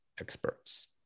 experts